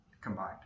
combined